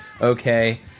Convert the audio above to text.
okay